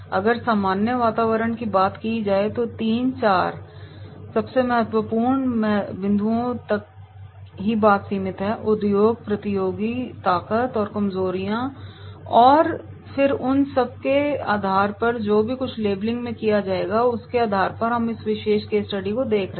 अगर सामान्य वातावरण की बात की जाए तो तीन चार सबसे महत्वपूर्ण बिंदुओं तक ही बात सीमित है उद्योग प्रतियोगियों ताकत और कमजोरियों और फिर इन सब के आधार पर जो कुछ भी लेबलिंग में किया जाता है उसके आधार पर हम इस विशेष केस स्टडी को देख रहे हैं